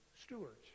stewards